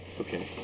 Okay